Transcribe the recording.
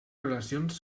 relacions